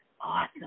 awesome